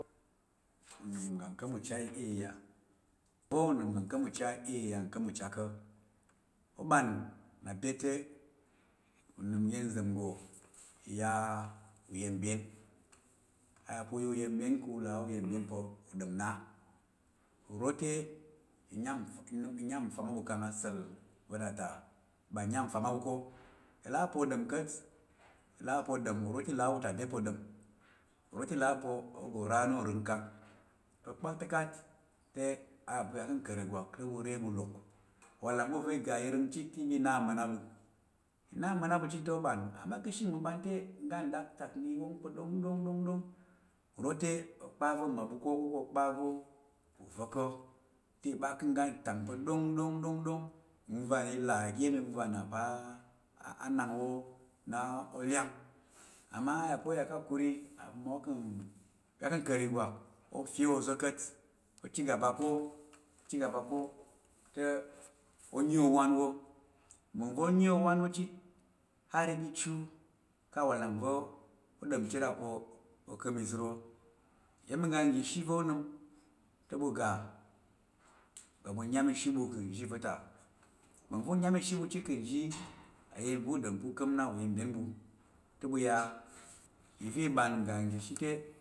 Unəm ga ng kam ucha iya va̱ unəm ga ka̱m ucha iya- iya nkam ucha ka oban na byət, tə, unəm uyənzəm ngo iya uyənbyən. Aya pa uya uyənbyən ku a uyənbyən pa u dom na. Nro tə inyam nfam abu kang a səl vanata inyam nfam abu ka. Ila abu pa odom kat uro tə ila abu ta byət pa odom, uro tə, uro te ila abu pa oga ora na oring kang kə kpatəkak kang na uya kə kar igwak tə bu lok. Walang vo uro iga iring cit tə iba ina aməman, ina aməman abu cit tə oban. Amma kə shə nbəban tə nga daktak na iwong kə dongdongdong nro tə okpa vo ng mabu kə, ko okpa vo uza ko tə iba ka ng ga tang po dongdongdong ng vəng va ila iga iyəm ivəngva ivəngva inang na olyan. Amma aya pa oya kə "akuri", oya kə nkar igwak ofyə ozo kat tə ofyə oza kat o "cigaba" ko, o "cigaba" ko tə onyi owan wo. Ng vong vo onyi o an wo cit har iga ichu ka a walang vo odom cit la po okam izər wo. Iyem iga ngəshi vo onəm tə bu ga bu ga bu nyəm ishi bu kə zhi vata. Ng vong vo u nya̱ ishi bu cit ka̱ zhi a yən vo udom pa ukam na uyən- byən bu tə bu ya ivo iban ng ga. nzhi tə,